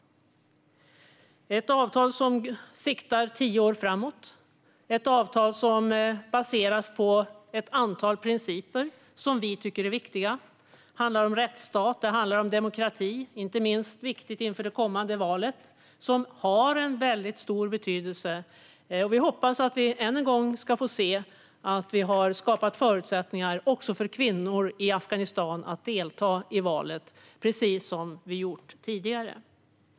Det är ett avtal som siktar tio år framåt, och det är ett avtal som baseras på ett antal principer som vi tycker är viktiga. Det är handlar om rättsstaten och demokratin. Det är inte minst viktigt inför det kommande valet, som är av stor betydelse. Vi hoppas att vi än en gång kan se att vi har skapat förutsättningar också för kvinnor i Afghanistan att delta i valet, precis som vi har gjort tidigare.